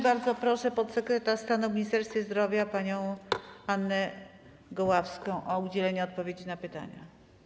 Bardzo proszę podsekretarz stanu w Ministerstwie Zdrowia panią Annę Goławską o udzielenie odpowiedzi na pytania.